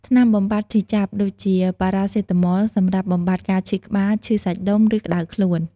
ថ្នាំបំបាត់ឈឺចាប់ ដូចជា ប៉ារ៉ាសេតាមុល សម្រាប់បំបាត់ការឈឺក្បាល ឈឺសាច់ដុំ ឬក្តៅខ្លួន។